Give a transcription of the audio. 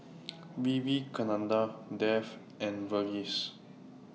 Vivekananda Dev and Verghese